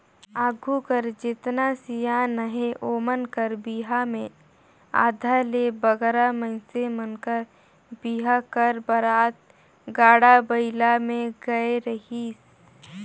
आघु कर जेतना सियान अहे ओमन कर बिहा मे आधा ले बगरा मइनसे मन कर बिहा कर बरात गाड़ा बइला मे गए रहिस